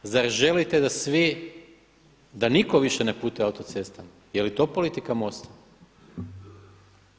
Zar želite da svi, da nitko više ne putuje autocestama, je li to politika MOST-a?